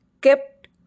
kept